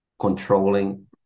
controlling